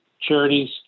charities